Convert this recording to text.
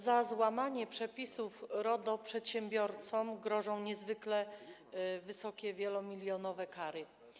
Za złamanie przepisów RODO przedsiębiorcom grożą niezwykle wysokie, wielomilionowe kary.